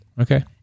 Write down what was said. Okay